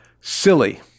Silly